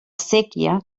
séquia